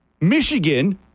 Michigan